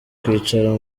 kwicara